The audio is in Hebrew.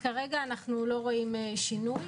כרגע, אנחנו לא רואים שינוי.